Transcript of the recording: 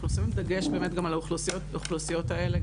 אנחנו שמים דגש באמת גם על האוכלוסיות האלה.